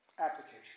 application